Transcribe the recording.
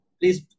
please